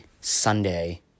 Sunday